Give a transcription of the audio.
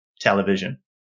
television